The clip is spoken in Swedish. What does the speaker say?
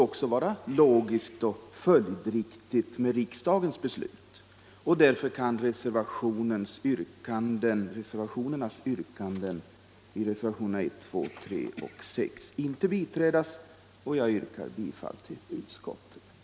Också utskottets ställningstagande och riksdagens beslut måste vara logiska och följdriktiga. Därför kan yrkandena i reservationerna 1, 2, 3 och 6 inte biträdas, utan jag yrkar bifall till utskottets hemställan.